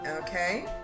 Okay